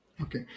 Okay